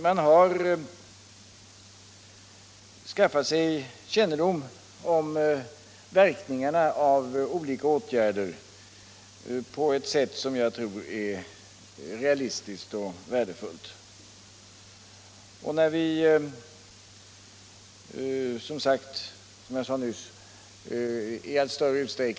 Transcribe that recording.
Man har således på ett realistiskt och värdefullt sätt skaffat sig kännedom om verkningarna av olika åtgärder.